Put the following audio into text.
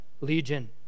Legion